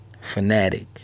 fanatic